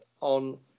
on